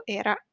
era